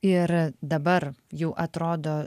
ir dabar jau atrodo